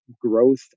growth